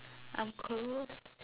I'm close